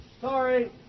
Sorry